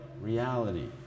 reality